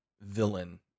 villain